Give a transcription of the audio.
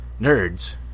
nerds